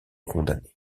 condamnés